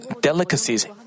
delicacies